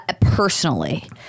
personally